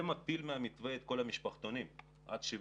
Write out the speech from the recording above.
זה מוציא מהמתווה את כל המשפחתונים שיש בהם